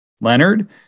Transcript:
Leonard